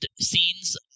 scenes